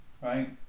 Right